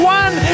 one